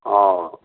आओर